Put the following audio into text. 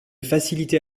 faciliter